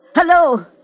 Hello